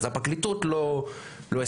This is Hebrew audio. אחרי זה הפרקליטות לא הסכימה,